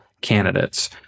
candidates